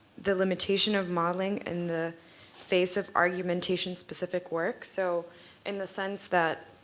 the limitation of modeling in the face of argumentation-specific work. so in the sense that